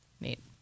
Neat